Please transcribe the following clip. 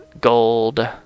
Gold